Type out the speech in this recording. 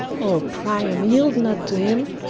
o priam, yield not to him!